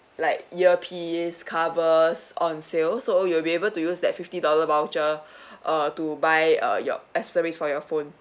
like ear piece covers on sale so you'll be able to use that fifty dollar voucher uh to buy uh your accessories for your phone